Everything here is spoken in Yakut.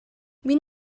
мин